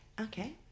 okay